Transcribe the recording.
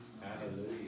Hallelujah